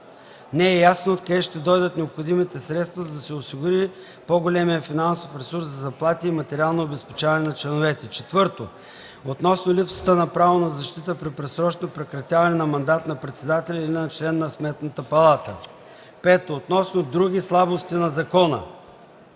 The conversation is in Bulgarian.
Не е ясно откъде ще дойдат необходимите средства, за да се осигури по-големият финансов ресурс за заплати и материално обезпечаване на членовете.” 4. Относно липсата на право на защита при предсрочно прекратяване на мандат на председателя или на член на Сметната палата. 5. Относно „други слабости на закона”.